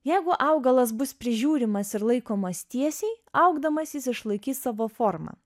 jeigu augalas bus prižiūrimas ir laikomas tiesiai augdamas jis išlaikys savo formą